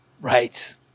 Right